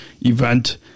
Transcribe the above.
event